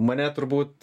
mane turbūt